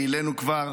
העלינו כבר